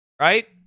Right